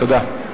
תודה.